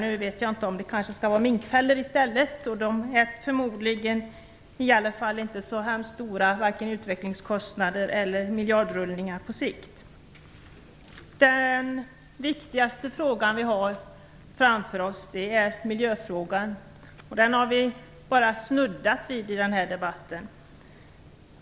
Nu kanske det skall vara minkfällor i stället. Det ger förmodligen inte så stora vare sig utvecklingskostnader eller miljardrullningar på sikt. Den viktigaste fråga som vi har framför oss är miljöfrågan. Den har vi bara snuddat vid i den här debatten.